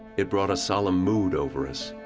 it brought a solemn mood over us.